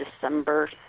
december